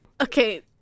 Okay